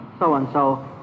so-and-so